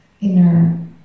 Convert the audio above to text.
inner